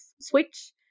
switch